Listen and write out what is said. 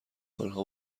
آنها